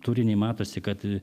turinį matosi kad